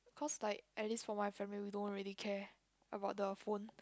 cause like at least for my family we don't really care about the phone